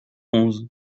onze